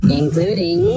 including